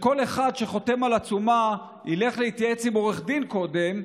שכל אחד שחותם על עצומה ילך להתייעץ עם עורך דין קודם,